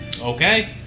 Okay